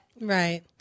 Right